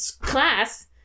class